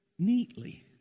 Neatly